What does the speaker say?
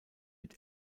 mit